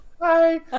hi